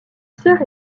sœur